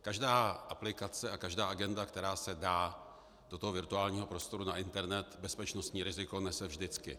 Každá aplikace a každá agenda, která se dá do virtuálního prostoru na internet, bezpečnostní riziko nese vždycky.